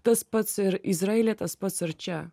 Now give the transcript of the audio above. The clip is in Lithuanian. tas pats ir izraelyje tas pats ir čia